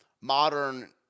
modern